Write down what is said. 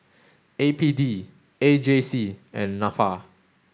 A P D A J C and NAFA